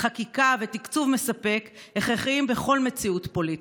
חקיקה ותקצוב מספיק הכרחיים בכל מציאות פוליטית.